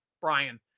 Brian